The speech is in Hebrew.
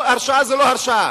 הרשעה זה לא הרשעה.